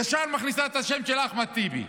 היא ישר מכניסה את השם של אחמד טיבי.